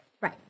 right